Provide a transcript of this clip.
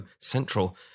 Central